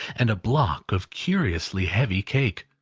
and a block of curiously heavy cake,